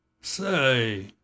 Say